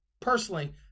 Personally